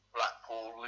Blackpool